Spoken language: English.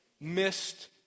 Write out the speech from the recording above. missed